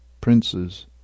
princes